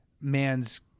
man's